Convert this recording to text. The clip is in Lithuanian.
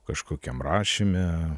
kažkokiam rašyme